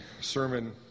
sermon